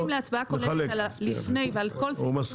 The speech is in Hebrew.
אם הוא מסכים להצבעה כוללת על הלפני ועל כל סעיף 27. הוא מסכים.